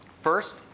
First